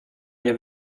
nie